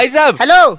Hello